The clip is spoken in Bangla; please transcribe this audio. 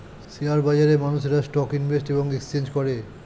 শেয়ার বাজারে মানুষেরা স্টক ইনভেস্ট এবং এক্সচেঞ্জ করে